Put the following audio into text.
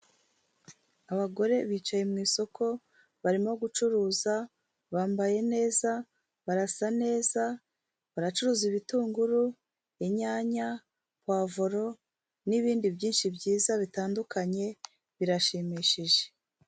Abagore bicaye mu isoko, barimo gucuruza, bambaye neza barasa neza, baracuruza ibitunguru, inyanya pavulo n'ibindi byinshi byiza bitandukanye, birashimishije.